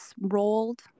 rolled